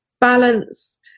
balance